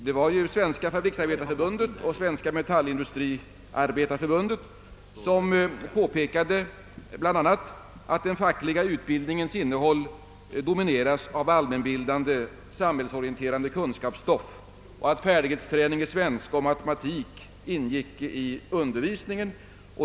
Det var Svenska fabriksarbetareförbundet och Svenska metallindustriarbetareförbundet som påpekade bl.a. att den fackliga utbildningens innehåll domineras av allmänbildande, samhällsorienterande kunskapsstoff och att färdighetsträning i svenska och matematik ingick i undervisningen.